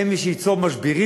אין מי שייצור משברים,